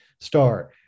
star